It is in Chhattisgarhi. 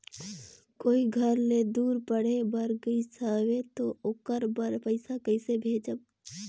कोई घर ले दूर पढ़े बर गाईस हवे तो ओकर बर पइसा कइसे भेजब?